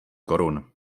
korun